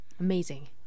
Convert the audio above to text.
amazing